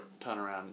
turnaround